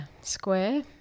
square